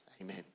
Amen